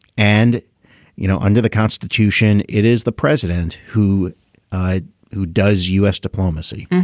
and you know under the constitution it is the president who ah who does u s. diplomacy.